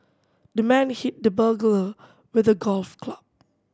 the man hit the burglar with the golf club